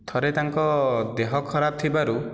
ଥରେ ତାଙ୍କ ଦେହ ଖରାପ ଥିବାରୁ